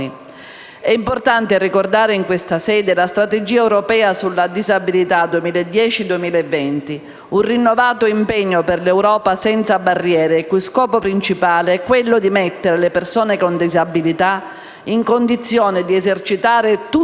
È importante ricordare in questa sede la strategia europea sulla disabilità 2010-2020: un rinnovato impegno per un'Europa senza barriere il cui scopo principale è quello di mettere le persone con disabilità in condizione di esercitare tutti i loro diritti e di beneficiare